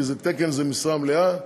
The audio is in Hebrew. כי תקן זה משרה מלאה,